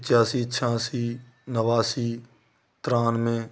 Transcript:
पचासी छियासी नवासी तिरानबे